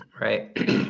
Right